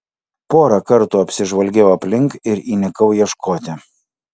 porą kartų apsižvalgiau aplink ir įnikau ieškoti